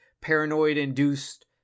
paranoid-induced